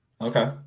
Okay